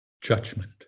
judgment